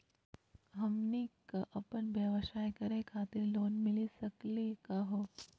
हमनी क अपन व्यवसाय करै खातिर लोन मिली सकली का हो?